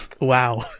Wow